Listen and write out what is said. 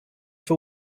for